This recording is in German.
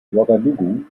ouagadougou